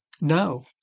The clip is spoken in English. No